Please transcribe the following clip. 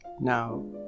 Now